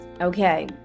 Okay